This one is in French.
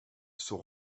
sont